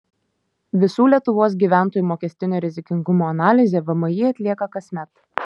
visų lietuvos gyventojų mokestinio rizikingumo analizę vmi atlieka kasmet